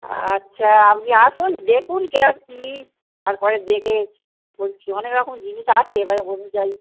আচ্ছা আপনি আসুন দেখুন কীরকম কী তার পরে দেখে বলছি অনেক রকম জিনিস আছে এবারে অনুযায়ী